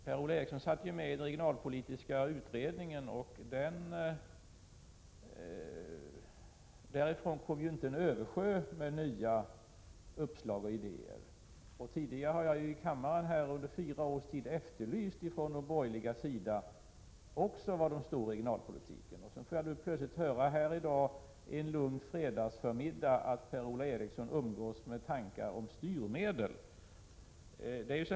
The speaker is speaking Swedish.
Per-Ola Eriksson satt ju med i den regionalpolitiska utredningen, och därifrån kom inte någon uppsjö av nya uppslag och idéer. Tidigare har jag under fyra års tid här i kammaren efterlyst besked från de borgerligas sida om var de står i regionalpolitiken. Så får jag plötsligt här i dag, en lugn fredagsförmiddag, höra att Per-Ola Eriksson umgås med tankar om styrmedel!